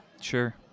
Sure